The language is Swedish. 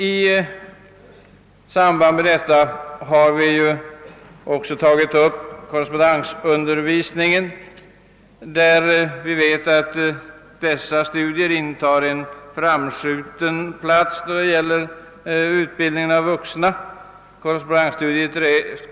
I samband härmed har vi också tagit upp "korrespöndensundervisningen. Vi vet att korrespondensstudier intar en framskjuten plats när det gäller utbildning av vuxna.